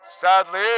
Sadly